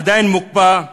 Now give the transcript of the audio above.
עדיין מוקפא,